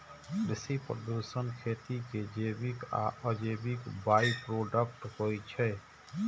कृषि प्रदूषण खेती के जैविक आ अजैविक बाइप्रोडक्ट होइ छै